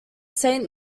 saint